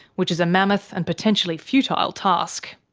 which is a mammoth and potentially futile task.